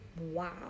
wow